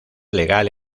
legal